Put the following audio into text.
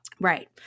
Right